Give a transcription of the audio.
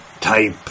type